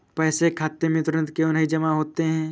पैसे खाते में तुरंत क्यो नहीं जमा होते हैं?